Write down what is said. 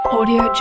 Audio